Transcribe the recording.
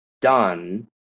done